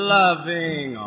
loving